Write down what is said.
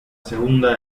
segunda